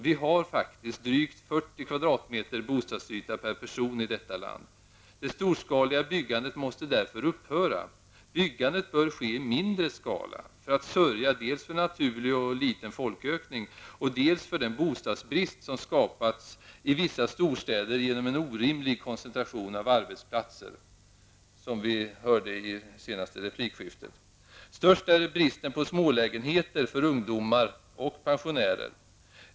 Vi har faktiskt drygt 40 kvadratmeter bostadsyta per person i detta land. Det storskaliga byggandet måste därför upphöra; byggande bör ske i mindre skala för att sörja dels för en naturlig och liten folkökning, dels för att avhjälpa den bostadsbrist som skapats i vissa storstäder genom en orimlig koncentration av arbetsplatser -- som vi hörde i det senaste replikskiftet. Störst är bristen på smålägenheter för ungdomar och pensionärer.